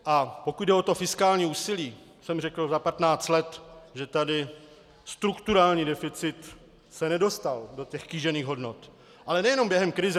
A pokud jde o to fiskální úsilí, já jsem řekl, že za 15 let se tady strukturální deficit nedostal do těch kýžených hodnot, ale nejenom během krize.